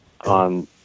on